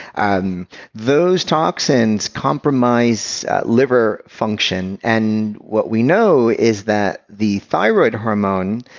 and those toxins compromise liver function and what we know is that the thyroid hormone,